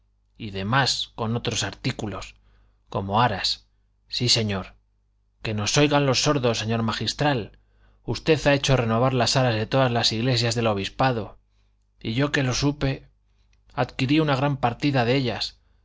y demás con otros artículos como aras sí señor que nos oigan los sordos señor magistral usted ha hecho renovar las aras de todas las iglesias del obispado y yo que lo supe adquirí una gran partida de ellas